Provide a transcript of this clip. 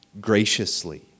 graciously